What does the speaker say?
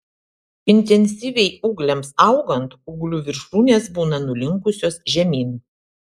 intensyviai ūgliams augant ūglių viršūnės būna nulinkusios žemyn